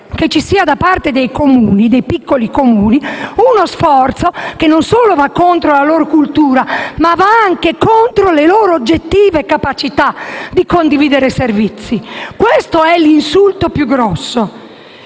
però, si pretende da parte dei piccoli Comuni uno sforzo che va non solo contro la loro cultura, ma anche contro le loro oggettive capacità di condividere servizi. Questo è l'insulto più grosso.